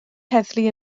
heddlu